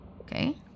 Okay